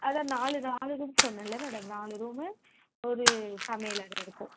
அதான் நாலு நாலு இதுன்னு சொன்னேன்ல மேடம் நாலு ரூமு ஒரு சமையலறை இருக்கும்